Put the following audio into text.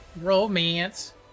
Romance